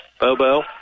Bobo